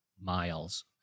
miles